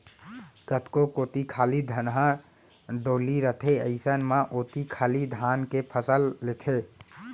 कतको कोती खाली धनहा डोली रथे अइसन म ओती खाली धाने के फसल लेथें